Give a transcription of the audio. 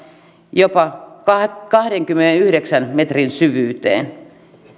jopa kahdenkymmenenyhdeksän metrin syvyyteen